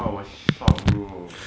I was shocked bro